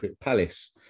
Palace